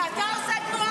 בושה וחרפה.